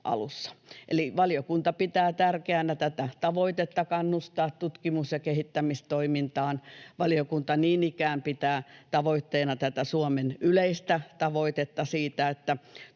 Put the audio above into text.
Eli valiokunta pitää tärkeänä tätä tavoitetta kannustaa tutkimus- ja kehittämistoimintaan. Valiokunta niin ikään pitää tavoitteena tätä Suomen yleistä tavoitetta siitä, että